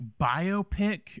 biopic